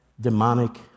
demonic